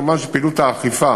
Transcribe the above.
כמובן שפעילות האכיפה